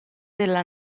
della